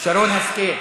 שרן השכל,